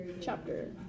chapter